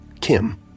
Kim